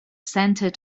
centered